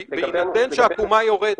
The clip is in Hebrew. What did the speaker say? תמשיך, בהינתן שהעקומה יורדת.